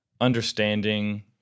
understanding